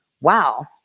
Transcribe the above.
Wow